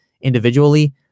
individually